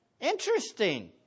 Interesting